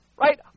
right